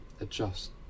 adjust